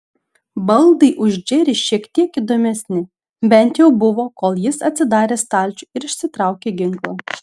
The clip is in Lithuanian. baldai už džerį šiek tiek įdomesni bent jau buvo kol jis atsidarė stalčių ir išsitraukė ginklą